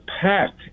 pack